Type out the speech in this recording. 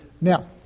Now